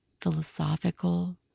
philosophical